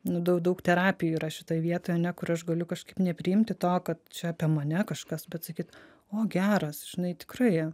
nu dau daug terapijų yra šitoj vietoj ane kur aš galiu kažkaip nepriimti to kad čia apie mane kažkas bet sakyt o geras žinai tikrai